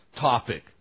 topic